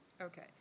Okay